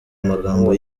amagambo